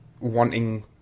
wanting